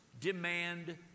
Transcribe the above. demand